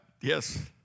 Yes